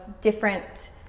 different